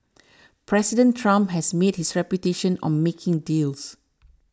President Trump has made his reputation on making deals